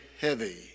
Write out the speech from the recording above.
heavy